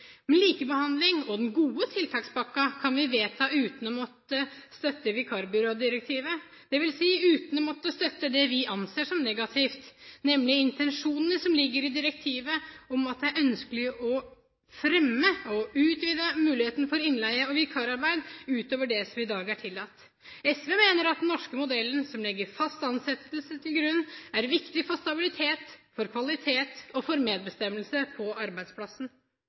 likebehandling og den gode tiltakspakken kan vi vedta uten å måtte støtte vikarbyrådirektivet, dvs. uten å måtte støtte det vi anser som negativt, nemlig intensjonene som ligger i direktivet, om at det er ønskelig å fremme og utvide muligheten for innleie og vikararbeid utover det som i dag er tillatt. SV mener at den norske modellen, som legger fast ansettelse til grunn, er viktig for stabilitet, for kvalitet og for medbestemmelse på arbeidsplassen.